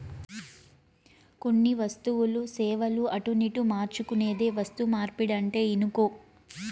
కొన్ని వస్తువులు, సేవలు అటునిటు మార్చుకునేదే వస్తుమార్పిడంటే ఇనుకో